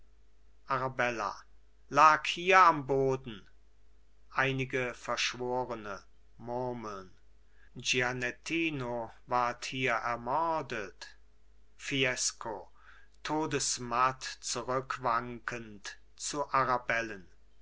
arabella lag hier am boden einige verschworene murmelnd gianettino ward hier ermordet fiesco todesmatt zurückwankend zu